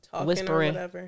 whispering